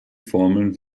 formeln